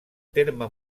terme